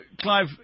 Clive